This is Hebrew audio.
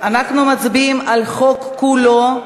אנחנו מצביעים על החוק כולו.